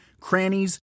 crannies